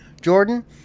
Jordan